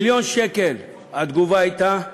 התגובה הייתה,